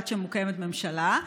עד שמוקמת ממשלה.